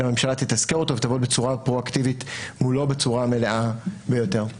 אלא הממשלה תתזכר אותו ותעבוד בצורה פרואקטיבית מולו בצורה המלאה ביותר.